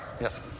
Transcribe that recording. Yes